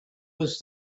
was